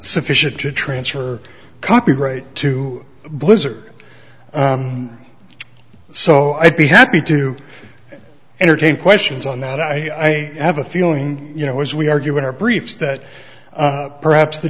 sufficient to transfer copyright to blizzard so i'd be happy too entertain questions on that i have a feeling you know as we argue in our briefs that perhaps the